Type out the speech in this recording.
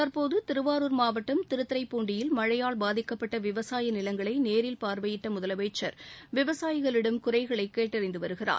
தற்போது திருவாரூர் மாவட்டம் திருத்துறைப்பூண்டி உள்ளிட்ட பகுதிகளில் மழழயால் பாதிக்கப்பட்ட விவசாய நிலங்களை நேரில் பார்வையிட்ட முதலமைச்ச் விவசாயிகளிடம் குறைகளை கேட்டறிந்து வருகிறார்